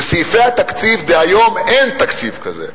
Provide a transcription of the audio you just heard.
בסעיפי התקציב דהיום אין תקציב כזה.